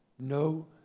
No